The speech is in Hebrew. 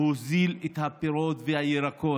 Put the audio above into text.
להוזיל את הפירות והירקות.